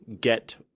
get